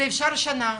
אפשר שנה,